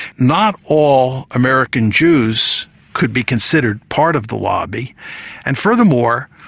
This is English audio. not all american jews could be considered part of the lobby and furthermore,